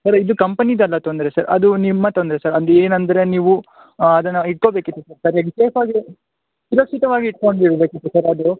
sir ಇದು ಕಂಪನಿದು ಅಲ್ಲ ತೊಂದರೆ ಸರ್ ಅದು ನಿಮ್ಮ ತೊಂದರೆ ಸರ್ ಅಂದರೆ ಏನಂದರೆ ನೀವು ಅದನ್ನ ಇಟ್ಕೊಬೇಕಿತ್ತು ಸರ್ ಸರಿಯಾಗಿ ಸೇಫಾಗಿ ಸುರಕ್ಷಿತವಾಗಿ ಇಟ್ಕೊಂಡಿರಬೇಕಿತ್ತು ಸರ್ ಅದು